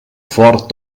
fort